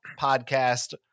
Podcast